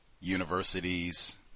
universities